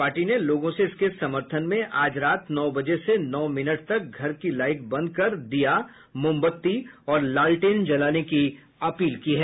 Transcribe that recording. party ने लोगों से इसके समर्थन में आज रात नौ बजे से नौ मिनट तक घर की लाईट बंद कर दिया मोमबत्ती और लालटेन जलाने की अपील की है